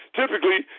typically